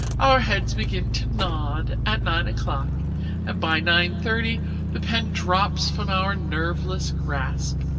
our heads begin to nod at nine o'clock, and by nine-thirty the pen drops from our nerveless grasp.